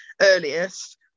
earliest